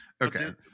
okay